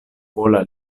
pola